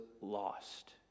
lost